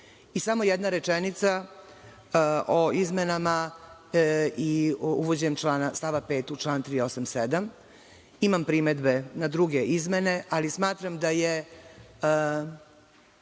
jedna rečenica o izmenama i uvođenju stava 5. u član 387. Imam primedbe na druge izmene, ali smatram da je